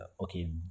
okay